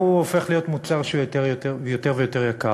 והוא הופך להיות מוצר שהוא יותר ויותר יקר.